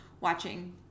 watching